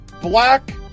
black